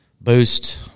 boost